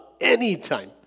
anytime